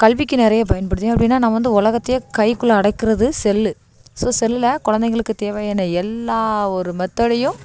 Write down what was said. கல்விக்கு நிறைய பயன்படுது ஏன் அப்படினா நான் வந்து உலகத்தையே கைக்குள்ள அடைக்கிறது செல்லு ஸோ செல்லில் குலந்தைங்களுக்கு தேவையான எல்லா ஒரு மெத்தடையும்